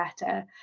better